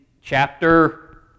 chapter